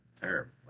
terrible